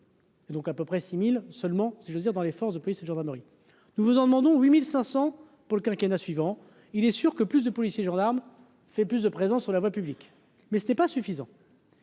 donc, à peu près 6000 seulement si j'ose dire, dans les forces de police et gendarmerie, nous vous en demandons 8500 pour le quinquennat suivant, il est sûr que plus de policiers, gendarmes, c'est plus de présence sur la voie publique, mais ce n'est pas suffisant.